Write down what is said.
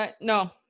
no